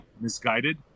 misguided